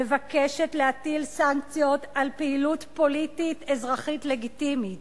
מבקשת להטיל סנקציות על פעילות פוליטית אזרחית לגיטימית.